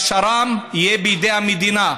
שהשר"מ יהיה בידי המדינה.